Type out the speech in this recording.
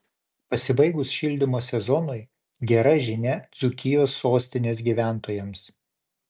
pasibaigus šildymo sezonui gera žinia dzūkijos sostinės gyventojams